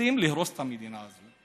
רוצים להרוס את המדינה הזו.